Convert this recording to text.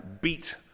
beat